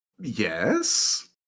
Yes